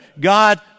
God